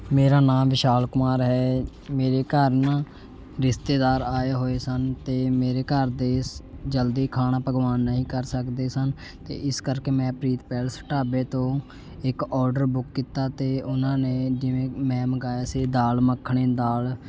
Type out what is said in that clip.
ਮੇਰਾ ਨਾਮ ਵਿਸ਼ਾਲ ਕੁਮਾਰ ਹੈ ਮੇਰੇ ਘਰ ਨਾ ਰਿਸ਼ਤੇਦਾਰ ਆਏ ਹੋਏ ਸਨ ਅਤੇ ਮੇਰੇ ਘਰ ਦੇ ਸ ਜਲਦੀ ਖਾਣਾ ਪਕਵਾਨ ਨਹੀਂ ਕਰ ਸਕਦੇ ਸਨ ਅਤੇ ਇਸ ਕਰਕੇ ਮੈਂ ਪ੍ਰੀਤ ਪੈਲਸ ਢਾਬੇ ਤੋਂ ਇੱਕ ਔਡਰ ਬੁੱਕ ਕੀਤਾ ਅਤੇ ਉਹਨਾਂ ਨੇ ਜਿਵੇਂ ਮੈ ਮੰਗਵਾਇਆ ਸੀ ਦਾਲ਼ ਮੱਖਣੀ ਦਾਲ਼